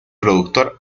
productor